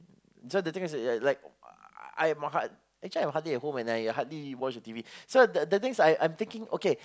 so the thing is like yeah like I'm hard~ I'm hardly at home and I hardly watch T_V so the things I'm thinking okay